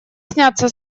снятся